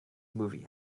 movie